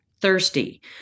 thirsty